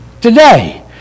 today